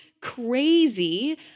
crazy